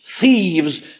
thieves